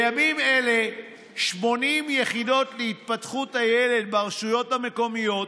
בימים אלה 80 יחידות להתפתחות הילד ברשויות המקומיות,